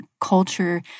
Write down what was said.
culture